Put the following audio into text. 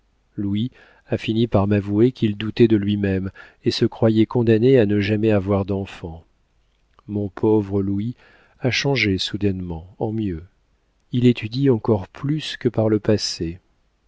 louis a fini par m'avouer qu'il doutait de lui-même et se croyait condamné à ne jamais avoir d'enfants mon pauvre louis a changé soudainement en mieux il étudie encore plus que par le passé